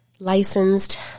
Licensed